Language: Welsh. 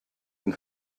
yng